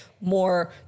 more